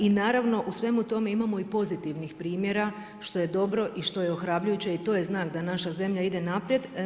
I naravno u svemu tome imamo i pozitivnih primjera, što je dobro i što je ohrabrujuće i to je znak da naša zemlja ide naprijed.